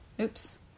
Oops